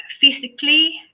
physically